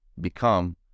become